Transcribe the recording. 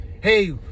hey